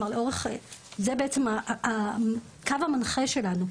זה בעצם הקו המנחה שלנו,